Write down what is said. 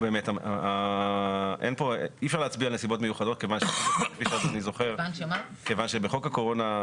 אי אפשר להצביע על נסיבות מיוחדות כיוון שבחוק הקורונה,